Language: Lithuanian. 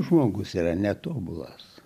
žmogus yra netobulas